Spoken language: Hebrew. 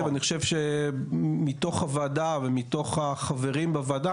אני חושב שמתוך הוועדה ומתוך החברים בוועדה,